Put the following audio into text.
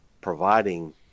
providing